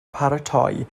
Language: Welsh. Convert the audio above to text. paratoi